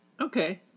Okay